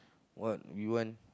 what we want